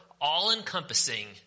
all-encompassing